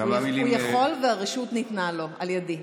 הוא יכול והרשות ניתנה לו על ידי.